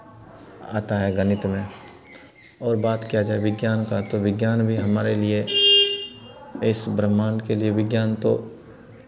आता है गणित में और बात किया जाए विज्ञान का तो विज्ञान भी हमारे लिए इस ब्रह्माण्ड के लिए विज्ञान तो